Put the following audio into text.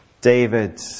David